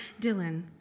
Dylan